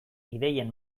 ideien